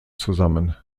zusammen